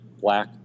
black